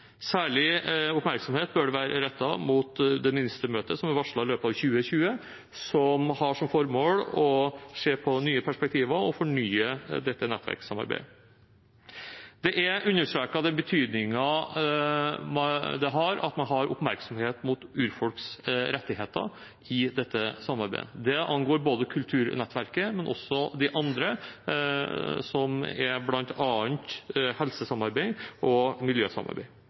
Særlig oppmerksomhet bør være rettet mot det ministermøtet som er varslet i løpet av 2020, som har som formål å se på nye perspektiver og fornye dette nettverkssamarbeidet. Den betydningen det har at man har oppmerksomhet rettet mot urfolks rettigheter i dette samarbeidet, er understreket. Det angår kulturnettverket, men også annet, bl.a. helsesamarbeid og miljøsamarbeid. Klimaendringene og